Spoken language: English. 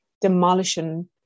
demolishing